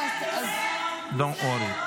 לא, אז --- Don't worry.